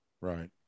Right